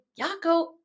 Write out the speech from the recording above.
Yako